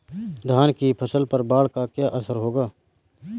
धान की फसल पर बाढ़ का क्या असर होगा?